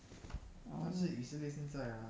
ya lor